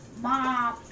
mom